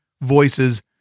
voices